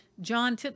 john